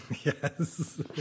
Yes